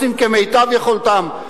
שעושים כמיטב יכולתם,